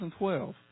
2012